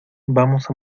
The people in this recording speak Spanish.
vamos